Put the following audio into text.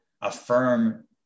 affirm